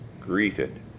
greeted